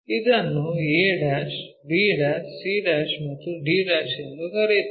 ಇದನ್ನು a b c ಮತ್ತು d ಎಂದು ಕರೆಯುತ್ತೇವೆ